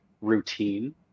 routine